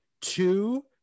two